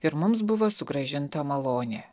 ir mums buvo sugrąžinta malonė